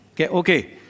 Okay